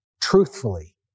truthfully